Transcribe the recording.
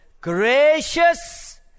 gracious